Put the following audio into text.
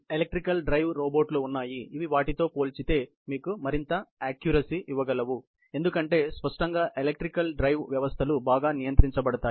electrical drive రోబోట్లు ఉన్నాయి ఇవి వాటితో పోల్చితే మీకు మరింత అక్క్యురసీ గలవి ఎందుకంటే స్పష్టంగా ఎలక్ట్రికల్ డ్రైవ్ వ్యవస్థలు బాగా నియంత్రించబడతాయి